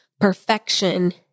perfection